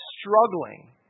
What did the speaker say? struggling